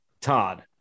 Todd